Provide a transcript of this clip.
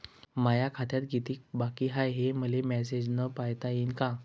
माया खात्यात कितीक बाकी हाय, हे मले मेसेजन पायता येईन का?